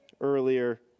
earlier